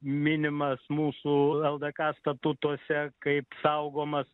minimas mūsų ldk statutuose kaip saugomas